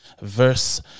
verse